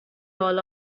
all